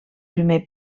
primer